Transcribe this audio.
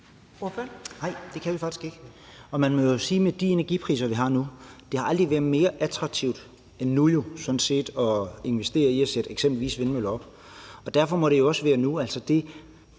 det kan jeg faktisk ikke, og man må jo sige, at med de energipriser, vi har nu, har det sådan set aldrig været mere attraktivt end nu at investere i eksempelvis at sætte vindmøller op. Og derfor må det også være nu.